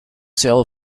sail